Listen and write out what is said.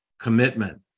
commitment